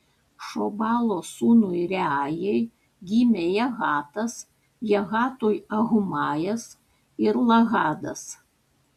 šobalo sūnui reajai gimė jahatas jahatui ahumajas ir lahadas